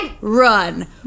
run